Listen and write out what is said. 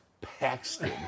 Paxton